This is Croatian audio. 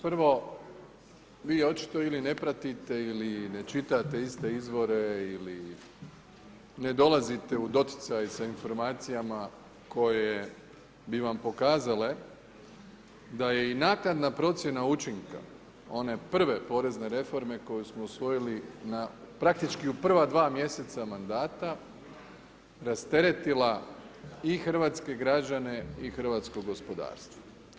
Prvo, vi očito ili ne pratite ili ne čitate iste izvore ili ne dolazite u doticaj sa informacijama koje bi vam pokazale da je i naknadna procjena učinka one prve porezne reforme koju smo usvojili na praktički u prva dva mjeseca mandata, rasteretila i hrvatske građane i hrvatsko gospodarstvo.